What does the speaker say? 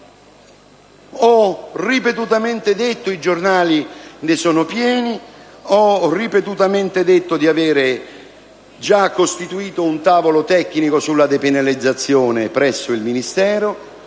sono pieni - di avere già costituito un tavolo tecnico sulla depenalizzazione presso il Ministero